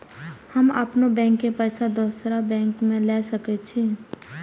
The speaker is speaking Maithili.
हम अपनों बैंक के पैसा दुसरा बैंक में ले सके छी?